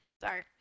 Sorry